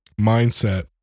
mindset